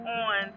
on